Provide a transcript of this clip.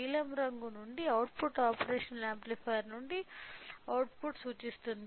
నీలం రంగు నుండి అవుట్పుట్ ఆపరేషనల్ యాంప్లిఫైయర్ నుండి అవుట్పుట్ను సూచిస్తుంది